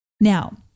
Now